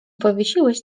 powiesiłeś